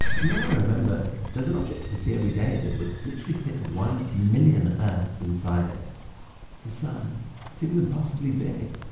and then i remember that there's an object we see every day that would literally fit one million earths inside it the sun. it seems impossibly big.